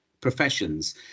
Professions